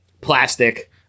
plastic